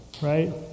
Right